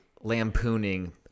lampooning